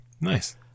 nice